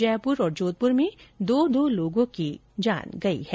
जयपुर और जोधपुर में दो दो लोगों की जान गयी है